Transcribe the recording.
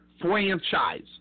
franchise